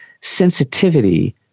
sensitivity